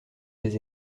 ses